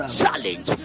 challenge